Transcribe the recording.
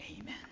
Amen